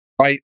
right